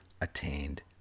attained